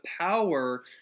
power